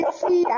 see